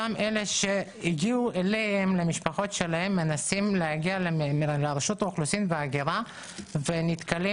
אותם אלה שהגיעו אליהם מנסים להגיע לרשות האוכלוסין וההגירה ונתקלים